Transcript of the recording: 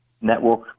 network